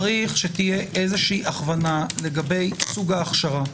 צריך שתהיה הכוונה לגבי סוג ההכשרה.